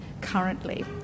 currently